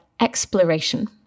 exploration